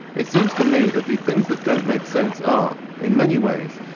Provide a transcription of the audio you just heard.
it seems to me that the things that don't make sense are, in many ways,